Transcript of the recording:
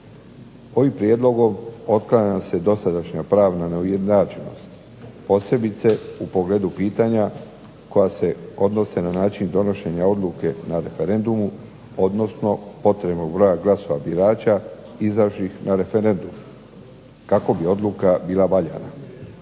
Ovim prijedlogom otklanja se dosadašnja pravna neujednačenost, posebice u pogledu pitanja koja se odnose na način donošenja odluke na referendumu, odnosno potrebnog broja glasova birača izašlih na referendum kako bi odluka bila valjana.